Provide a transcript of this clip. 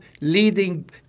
leading